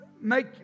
make